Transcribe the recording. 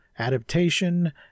adaptation